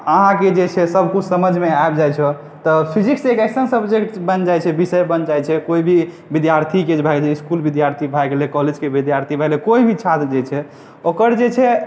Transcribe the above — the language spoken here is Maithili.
अहाँके जे छै सब किछु समझमे आबि जाइ छै तऽ फिजिक्स एक ऐसा सबजेक्ट विषय बनि जाइ छै कोई भी विद्यार्थी भए गेलै इसकुल विद्यार्थी भए गेलै कॉलेजके विद्यार्थी भए गेलै कोइ भी छात्र जे छै ओकर जे छै